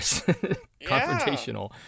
confrontational